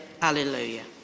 hallelujah